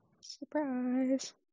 Surprise